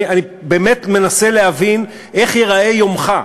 אני באמת מנסה להבין איך ייראה יומך.